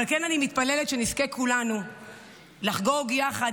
אבל אני כן מתפללת שנזכה כולנו לחגוג יחד